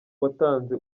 watanze